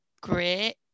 great